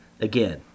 again